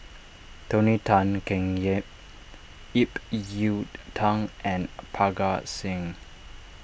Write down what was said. Tony Tan Keng Yam Ip Yiu Tung and Parga Singh